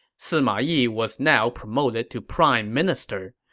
sima yi was now promoted to prime minister,